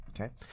Okay